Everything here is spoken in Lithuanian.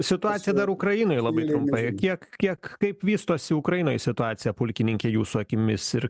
situacija dar ukrainoj labai trumpai tiek kiek kaip vystosi ukrainoj situacija pulkininke jūsų akimis ir